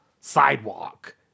sidewalk